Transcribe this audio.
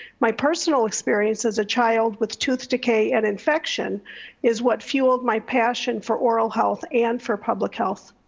my personal experience as a child with tooth decay and infection is what fueled my passion for oral health and for public health.